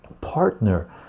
partner